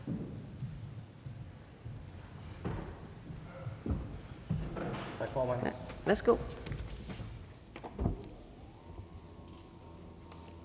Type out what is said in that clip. Tak for det.